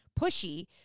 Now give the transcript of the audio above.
pushy